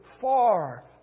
far